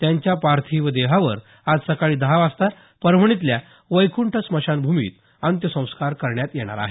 त्यांच्या पार्थिव देहावर आज सकाळी दहा वाजता परभणीतल्या वैकूंठ स्मशानभूमीत अत्यसंस्कार करण्यात येणार आहेत